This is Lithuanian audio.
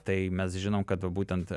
tai mes žinom kad va būtent